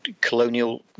colonial